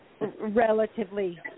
relatively